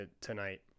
tonight